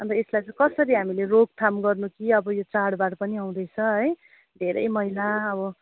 अन्त यसलाई चाहिँ कसरी हामीले रोकथाम गर्नु कि अब चाडबाड पनि आउँदैछ है धेरै मैला अब